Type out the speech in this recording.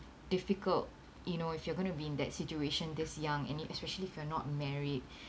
difficult you know if you're going to be in that situation this young any especially if you're not married